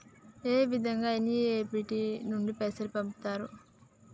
ఏ విధంగా ఎన్.ఇ.ఎఫ్.టి నుండి పైసలు పంపుతరు?